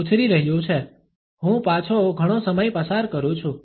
ઉછરી રહ્યું છે હું પાછો ઘણો સમય પસાર કરું છું